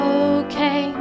okay